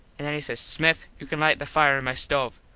an then he says, smith you can lite the fire in my stove.